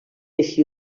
així